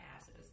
asses